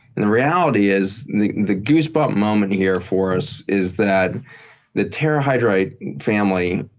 and the reality is, the the goose bump moment here for us is that the terrahydrite family,